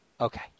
Okay